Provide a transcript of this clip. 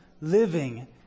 living